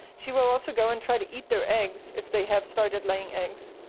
she will also go and try to eat their eggs if they have started laying eggs.